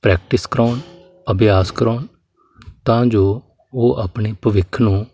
practice ਕਰਵਾਉਣ ਅਭਿਆਸ ਕਰਵਾਉਣ ਤਾਂ ਜੋ ਉਹ ਆਪਣੇ ਭਵਿੱਖ ਨੂੰ